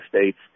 states